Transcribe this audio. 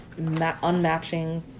unmatching